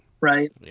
Right